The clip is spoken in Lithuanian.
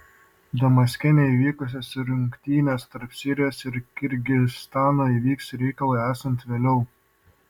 damaske neįvykusios rungtynės tarp sirijos ir kirgizstano įvyks reikalui esant vėliau